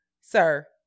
sir